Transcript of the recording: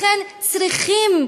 לכן, צריכים,